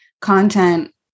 content